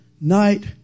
night